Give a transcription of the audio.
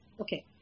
okay